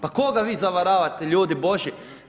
Pa koga vi zavaravate ljudi božji.